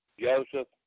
Joseph